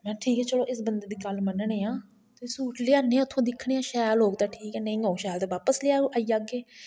suit लब्भने में चलो ठीक ऐ इस बंदे दी गल्ल मन्नने आं ते सूट लेई आहन्ने आं उत्थूं ते दिक्खने आं शैल होग ते ठीक ऐ नेई होग शैल ते बापस लेई औगे